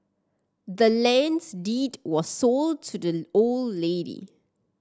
the land's deed was sold to the old lady